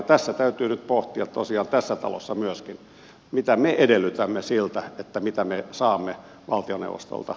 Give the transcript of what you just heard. tässä täytyy nyt pohtia tosiaan tässä talossa myöskin mitä me edellytämme siltä mitä me saamme valtioneuvostolta